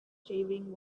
shaving